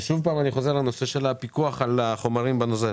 שוב אני חוזר לנושא של הפיקוח על החומרים בנוזל.